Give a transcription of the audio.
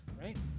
right